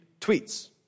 tweets